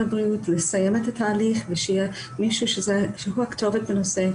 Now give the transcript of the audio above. הבריאות לסיים את התהליך ושיהיה מישהו שהוא הכתובת בנושא.